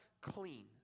clean